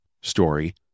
story